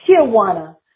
Tijuana